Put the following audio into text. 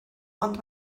ond